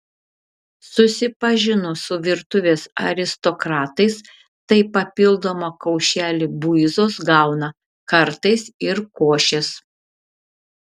susipažino su virtuvės aristokratais tai papildomą kaušelį buizos gauna kartais ir košės